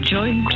Join